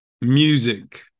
music